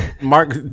Mark